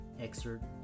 excerpt